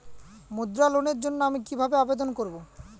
মুদ্রা লোনের জন্য আমি কিভাবে আবেদন করবো?